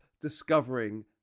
discovering